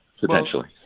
Potentially